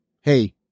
hey